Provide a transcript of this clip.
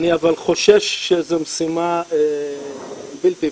אבל אני חושש שזו משימה בלתי אפשרית.